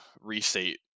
restate